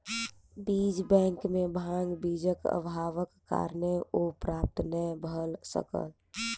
बीज बैंक में भांग बीजक अभावक कारणेँ ओ प्राप्त नै भअ सकल